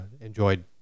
enjoyed